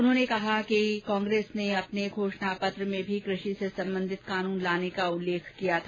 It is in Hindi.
उन्होंने कहा कि कांग्रेस ने अपने घोषणा पत्र में भी कृषि से संबंधित कानून लाने का उल्लेख किया था